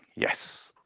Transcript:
yes.